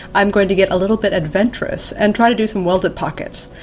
i'm going to get a little bit adventurous and try to do some welted pockets.